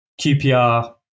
QPR